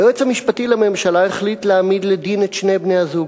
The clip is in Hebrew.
היועץ המשפטי לממשלה החליט להעמיד לדין את שני בני הזוג.